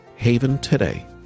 Haventoday